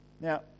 Now